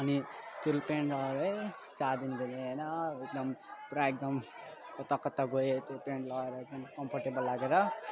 अनि फेरि पेन्ट है चार दिनको लगाएर एकदम पुरा एकदम कता कता गएँ त्यो पेन्ट लगाएर एकदम कम्फोर्टेबल लागेर